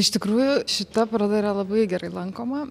iš tikrųjų šita paroda yra labai gerai lankoma